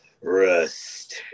rest